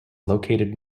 located